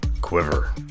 Quiver